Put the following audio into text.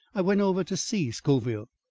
i went over to see scoville.